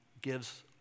gives